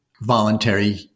voluntary